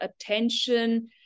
attention